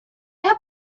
have